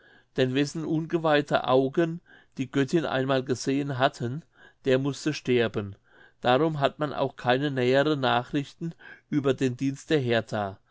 denn wessen ungeweihete augen die göttin einmal gesehen hatten der mußte sterben darum hat man auch keine nähere nachrichten über den dienst der hertha